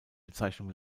bezeichnung